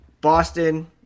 Boston